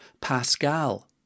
Pascal